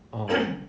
oh